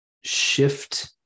shift